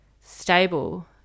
stable